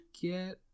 get